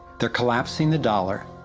they're collapsing the dollar.